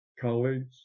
Colleagues